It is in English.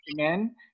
Amen